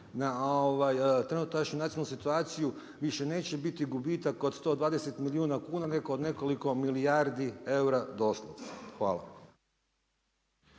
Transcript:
na trenutačnu nacionalnu situaciju više neće biti gubitak od 120 milijuna kuna nego oko nekoliko milijardi eura doslovce. Hvala.